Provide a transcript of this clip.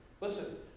Listen